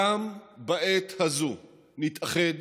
גם בעת הזו נתאחד